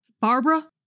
Barbara